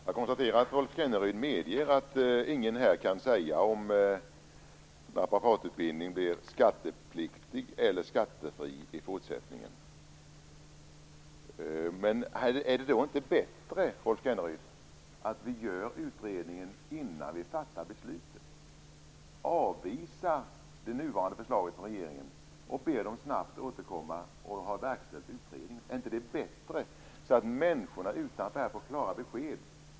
Herr talman! Jag konstaterar att Rolf Kenneryd medger att ingen här kan säga om naprapatutbildning blir skattepliktig eller skattefri i fortsättningen. Men är det då inte bättre att vi gör utredningen innan vi fattar beslutet, avvisar det nuvarande förslaget från regeringen och ber den att snabbt återkomma när den verkställt utredningen? Är inte det bättre så att människorna får klara besked?